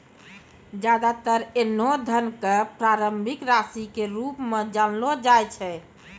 ज्यादातर ऐन्हों धन क प्रारंभिक राशि के रूप म जानलो जाय छै